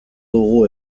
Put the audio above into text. dugu